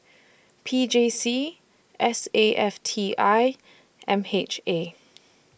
P J C S A F T I M H A